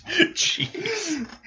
Jeez